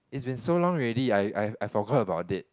is been so long already I I I forgot about it